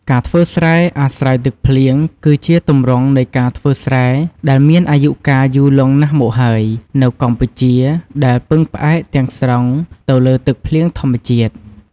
ការធ្វើស្រែអាស្រ័យទឹកភ្លៀង គឺជាទម្រង់នៃការធ្វើស្រែដែលមានអាយុកាលយូរលង់ណាស់មកហើយនៅកម្ពុជា ដែលពឹងផ្អែកទាំងស្រុងទៅលើទឹកភ្លៀងធម្មជាតិ។